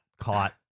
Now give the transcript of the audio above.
caught